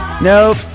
Nope